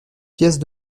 pièces